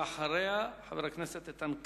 אחריה, חבר הכנסת איתן כבל.